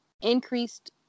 increased